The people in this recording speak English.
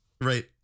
Right